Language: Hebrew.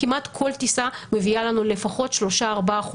כמעט כל טיסה מביאה לנו לפחות שלושה-ארבעה חולים,